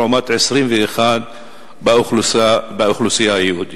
לעומת 21% באוכלוסייה היהודית.